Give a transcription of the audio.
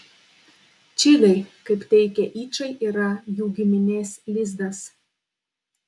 čigai kaip teigia yčai yra jų giminės lizdas